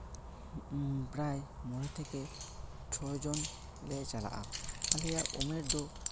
ᱯᱨᱟᱭ ᱢᱚᱬᱮ ᱛᱷᱮᱠᱮ ᱪᱷᱚ ᱡᱚᱱ ᱞᱮ ᱪᱟᱞᱟᱜᱼᱟ ᱟᱞᱮᱭᱟᱜ ᱩᱢᱮᱨ ᱫᱚ